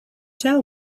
tell